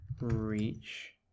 Reach